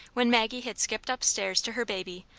when maggie had skipped up-stairs to her baby,